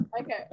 Okay